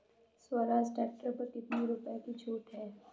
Swaraj tractor पर कितनी रुपये की छूट है?